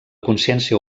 consciència